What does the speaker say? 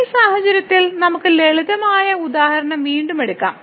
ഈ സാഹചര്യത്തിൽ നമുക്ക് ലളിതമായ ഉദാഹരണം വീണ്ടും എടുക്കാം